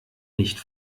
nicht